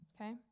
okay